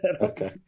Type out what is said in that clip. okay